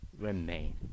remain